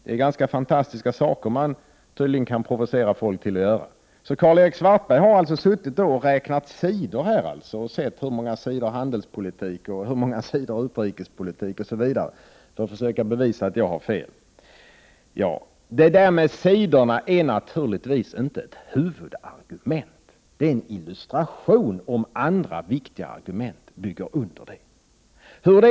Det är ganska fantastiska saker som man tydligen kan provocera folk till att göra. Karl-Erik Svartberg har suttit och räknat sidorna i betänkandet, och han har sett hur många sidor handelspolitik och utrikespolitik det finns i betänkandet för att bevisa att jag har fel. Sidorna är naturligtvis inte ett huvudargument. Om andra argument bygger under är det en illustration.